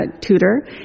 tutor